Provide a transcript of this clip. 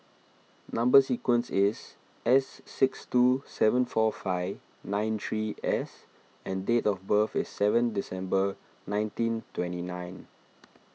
Number Sequence is S six two seven four five nine three S and date of birth is seven December nineteen twenty nine